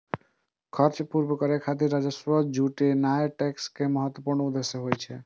खर्च पूरा करै खातिर राजस्व जुटेनाय टैक्स के महत्वपूर्ण उद्देश्य होइ छै